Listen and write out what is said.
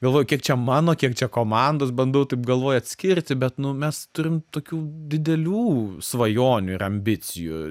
galvoju kiek čia mano kiek čia komandos bandau taip galvoj atskirti bet nu mes turim tokių didelių svajonių ir ambicijų